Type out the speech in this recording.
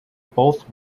both